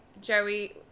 joey